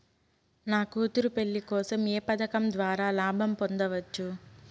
నా కూతురు పెళ్లి కోసం ఏ పథకం ద్వారా లాభం పొందవచ్చు?